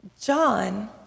John